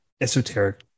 esoteric